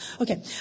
Okay